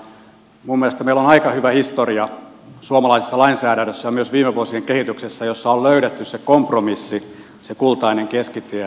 minun mielestäni meillä on aika hyvä historia suomalaisessa lainsäädännössä ja myös viime vuosien kehityksessä jossa on löydetty se kompromissi se kultainen keskitie